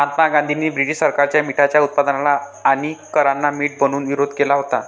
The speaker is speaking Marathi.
महात्मा गांधींनी ब्रिटीश सरकारच्या मिठाच्या उत्पादनाला आणि करांना मीठ बनवून विरोध केला होता